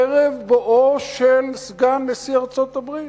ערב בואו של סגן נשיא ארצות-הברית,